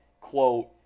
quote